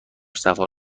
سفر